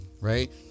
right